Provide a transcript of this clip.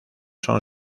son